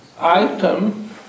item